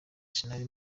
sinari